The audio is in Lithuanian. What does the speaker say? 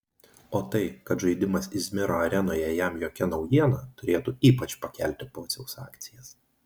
o tai kad žaidimas izmiro arenoje jam jokia naujiena turėtų ypač pakelti pociaus akcijas